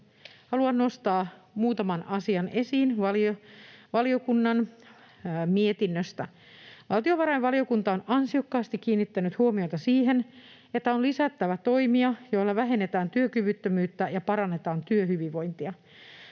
haluan nostaa muutaman asian esiin valiokunnan mietinnöstä. Valtiovarainvaliokunta on ansiokkaasti kiinnittänyt huomiota siihen, että on lisättävä toimia, joilla vähennetään työkyvyttömyyttä ja parannetaan työhyvinvointia.